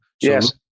yes